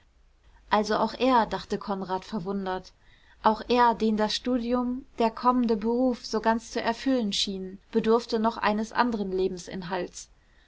also auch er dachte konrad verwundert auch er den das studium der kommende beruf so ganz zu erfüllen schienen bedurfte noch eines anderen lebensinhalts